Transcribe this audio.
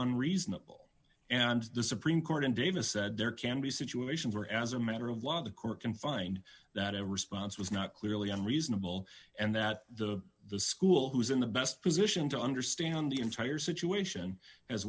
unreasonable and the supreme court in davis said there can be situations where as a matter of law the court can find that a response was not clearly unreasonable and that the school who is in the best position to understand the entire situation as